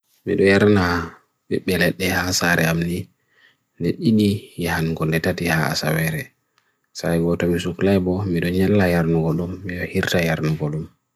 Mammals heɓi mbannde ngoodi, ko yimbi. Miijeeji fiinooko laawol ɓe, puccu.